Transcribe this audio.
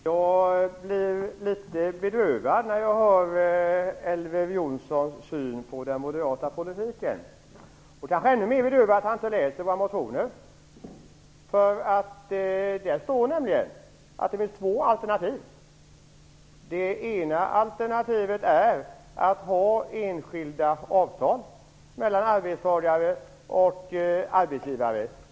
Herr talman! Jag blir litet bedrövad när jag hör Elver Jonssons syn på den moderata politiken och kanske ännu mer bedrövad över att han inte läser våra motioner. Där står nämligen att det finns två alternativ. Det ena alternativet är att ha enskilda avtal mellan arbetstagare och arbetsgivare.